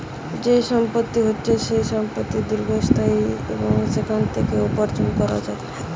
যেই সম্পত্তি হচ্ছে যেই সম্পত্তি দীর্ঘস্থায়ী এবং সেখান থেকে উপার্জন করা যায়